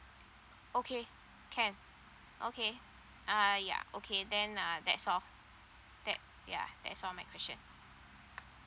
okay can okay uh yeah okay then uh that's all that yeah that's all my question